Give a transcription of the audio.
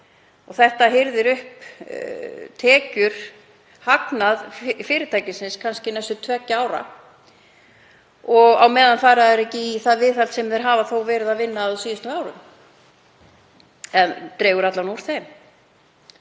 kr. Þetta hirðir upp tekjur og hagnað fyrirtækisins kannski næstu tveggja ára og á meðan fara þeir ekki í það viðhald sem þeir hafa þó verið að vinna að á síðustu árum, dregur alla vega